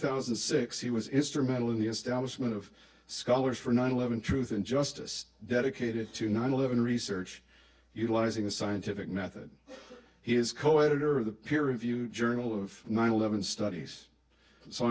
thousand and six he was instrumental in the establishment of scholars for nine eleven truth and justice dedicated to nine eleven research utilizing the scientific method he is coeditor of the peer reviewed journal of nine eleven studies so